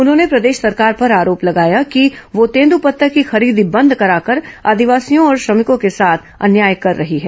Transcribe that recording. उन्होंने प्रदेश सरकार पर आरोप लगाया कि वह तेंद्रपत्ता की खरीदी बंद कराकर आदिवासियों और श्रमिकों के साथ अन्याय कर रही है